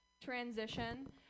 transition